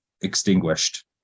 extinguished